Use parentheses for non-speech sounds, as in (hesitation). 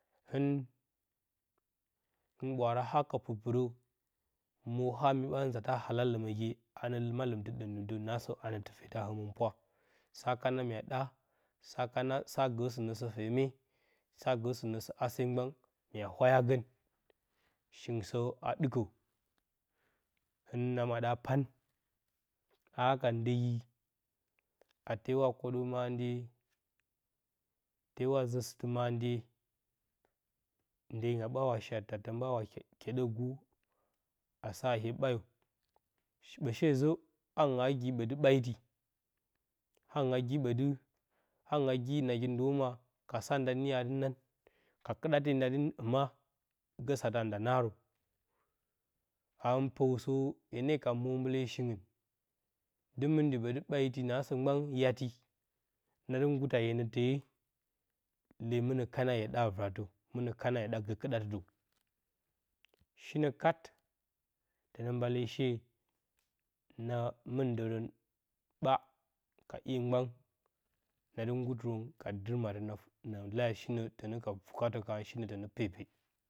Hɨn hɨn ɓwanra ha ka pirpirə, mwe a mye nza ta alaləməgye, anə lə malɨmtɨ ɗəmɗəmtə negsə anə tɨfe da həmtapwa, sa kang mya ɗa, sa gə sɨnə sɨkeme sa gə sɨnə sə hase mgban mya wayagəni shingɨn sə a ɗɨkə bɨn na maɗə a pan a haka ndyeyi a tewa kwoɗə mandye tewa zə sɨtɨ mandye, ndyeyinga ɓa wa shat ta, tən ɓa wa kye kye ɗakgu asa hye ɓayo, ɓə shezə hangɨn agiɓədi ɓaiti, hangɨn agi ɓədi, hangɨn agi nagi ndoma ka sa nda niyo adi naan, ka kɨɗate nda dɨ hima gə satə ati nda naarə, a hɨn pau sə, hye ne ka mwo mbale shingtn (hesitation) ngguta yaati naasə mgban dɨ mɨn dɨ ɓədi baiti naasə mgban yaati, na dɨ ngguta hyenə te lee mɨnə kana hye ɗa a vɨratə, mɨnə kana hye ɗa gə kɨɗatɨdəw shinə kat tənə mbale sheena mɨn dərən ɓa, ka ‘ye mgban nadɨ ngguta rən ka dɨrmatə na fɨk, na lee hadɨ shinə tənə pɨkatə karən shinə tənə pepe.